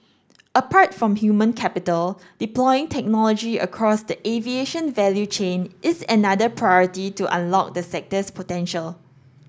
apart from human capital deploying technology across the aviation value chain is another priority to unlock the sector's potential